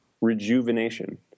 rejuvenation